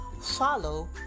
follow